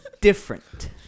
different